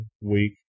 week